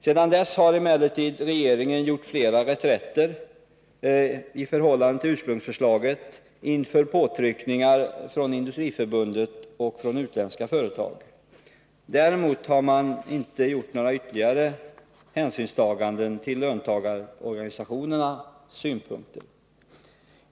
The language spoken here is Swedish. Sedan dess har emellertid regeringen gjort flera reträtter i förhållande till ursprungsförslaget inför påtryckningar från Industriförbundet och från utländska företag. Däremot har man inte gjort några ytterligare hänsynstaganden till löntagarorganisationernas synpunkter.